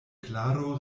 klaro